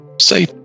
say